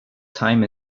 time